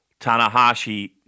Tanahashi